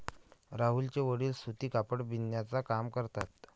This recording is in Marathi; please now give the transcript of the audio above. राहुलचे वडील सूती कापड बिनण्याचा काम करतात